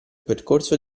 percorso